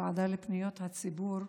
בוועדה לפניות הציבור,